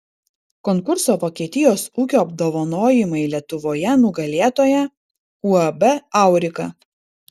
konkurso vokietijos ūkio apdovanojimai lietuvoje nugalėtoja uab aurika